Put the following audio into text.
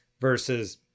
versus